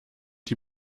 die